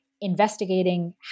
investigating